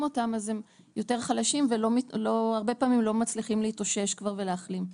אותם אז הם יותר חלשים והרבה פעמים לא מצליחים להתאושש כבר ולהחלים.